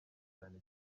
cyane